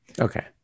Okay